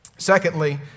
Secondly